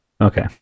Okay